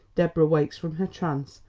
deborah wakes from her trance,